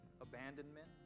abandonment